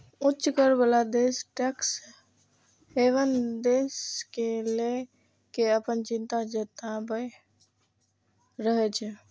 उच्च कर बला देश टैक्स हेवन देश कें लए कें अपन चिंता जताबैत रहै छै